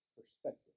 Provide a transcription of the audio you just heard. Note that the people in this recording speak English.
perspective